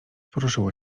poruszyło